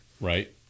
Right